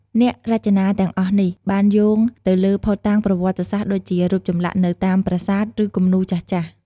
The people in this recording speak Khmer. អ្នករចនាទាំងអស់នេះបានយោងទៅលើភស្តុតាងប្រវត្តិសាស្ត្រ ដូចជារូបចម្លាក់នៅតាមប្រាសាទ ឬគំនូរចាស់ៗ។